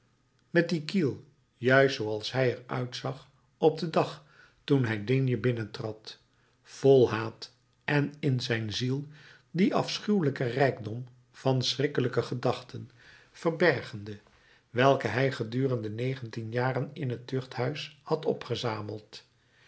met die kiel juist zooals hij er uitzag op den dag toen hij d binnentrad vol haat en in zijn ziel dien afschuwelijken rijkdom van schrikkelijke gedachten verbergende welke hij gedurende negentien jaren in het tuchthuis had opgezameld